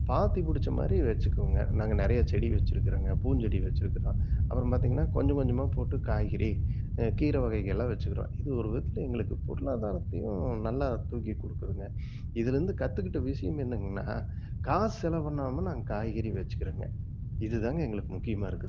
பார்த்தி பிடிச்ச மாதிரி வெச்சுக்குவோங்க நாங்கள் நிறையா செடி வெச்சுருக்குறோங்க பூஞ்செடி வெச்சுருக்குறோம் அப்புறம் பார்த்திங்கன்னா கொஞ்சம் கொஞ்சமாக போட்டு காய்கறி கீரை வகைகளெலாம் வெச்சுக்கிறோம் இது ஒரு விதத்தில் எங்களுக்கு பொருளாதாரத்தையும் நல்லா தூக்கி கொடுக்குதுங்க இதுலேருந்து கற்றுக்கிட்ட விஷயம் என்னங்கனால் காசு செலவு பண்ணாமல் நாங்கள் காய்கறி வெச்சுக்கிறோங்க இதுதாங்க எங்களுக்கு முக்கியமாயிருக்குது